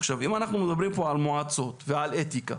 עכשיו, אם אנחנו מדברים פה על מועצות ועל אתיקה,